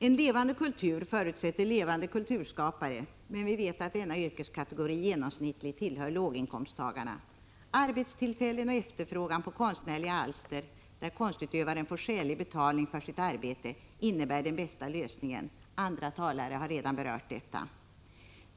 En levande kultur förutsätter levande kulturskapare, men vi vet att denna yrkeskategori genomsnittligt tillhör låginkomsttagarna. Arbetstillfällen och efterfrågan på konstnärliga alster, som innebär att konstutövaren får skälig 31 betalning för sitt arbete, är den bästa lösningen — andra talare har redan berört detta.